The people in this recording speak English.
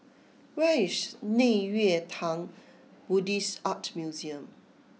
where is Nei Xue Tang Buddhist Art Museum